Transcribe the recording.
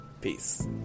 Peace